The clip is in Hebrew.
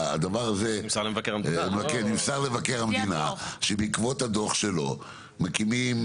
משרד מבקר המדינה שבעקבות הדו"ח שלו עושים.